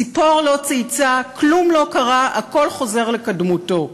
ציפור לא צייצה, כלום לא קרה, הכול חוזר לקדמותו.